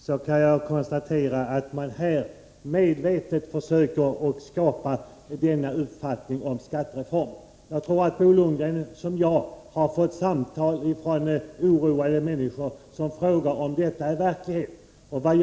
Herr talman! Efter detta inlägg kan jag konstatera att man medvetet försöker skapa denna uppfattning om skattereformen. Jag tror att Bo Lundgren liksom jag har fått samtal från oroade människor, som frågar om detta stämmer med verkligheten.